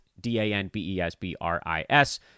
D-A-N-B-E-S-B-R-I-S